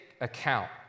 account